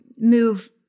move